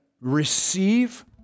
receive